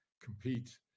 compete